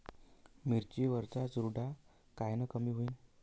मिरची वरचा चुरडा कायनं कमी होईन?